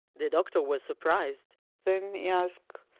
the doctor was surprised then he ask,